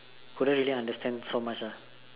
couldn't really understand so much ah